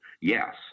yes